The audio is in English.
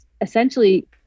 essentially